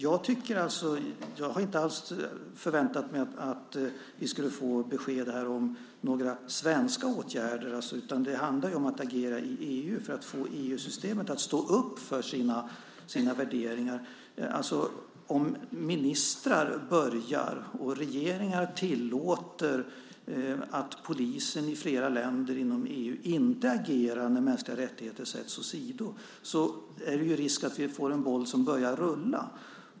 Jag har inte alls förväntat mig att vi skulle få besked här om några svenska åtgärder, utan det handlar ju om att agera i EU för att få EU-systemet att stå upp för sina värderingar. Om ministrar och regeringar tillåter att polisen i flera länder inom EU inte agerar när mänskliga rättigheter sätts åsido är det ju risk att vi får en boll som börjar rulla.